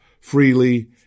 freely